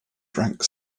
drank